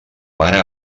mare